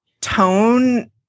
tone